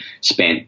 spent